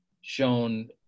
shown